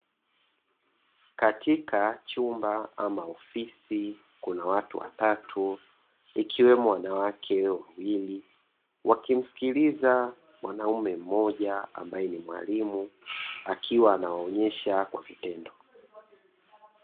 Katika chumba ama ofisi, kuna watu watatu ikiwemo wanawake wawili, wakimsikiliza mwanaume mmoja ambaye ni mwalimu, akiwa anawaonyesha kwa vitendo.